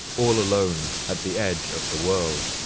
all alone at the edge of the world.